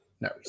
No